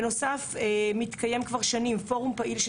בנוסף מתקיים כבר שנים פורום פעיל של